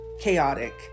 chaotic